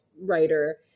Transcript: writer